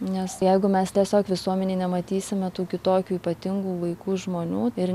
nes jeigu mes tiesiog visuomenėj nematysime tų kitokių ypatingų vaikų žmonių ir